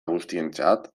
guztientzat